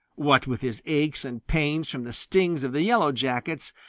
what with his aches and pains from the stings of the yellow jackets,